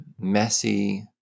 messy